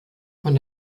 von